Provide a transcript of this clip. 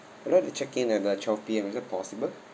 I would like to check in at twelve P_M is it possible